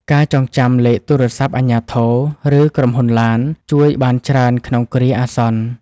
ការចងចាំលេខទូរស័ព្ទអាជ្ញាធរ ឬក្រុមហ៊ុនឡាន ជួយបានច្រើនក្នុងគ្រាអាសន្ន។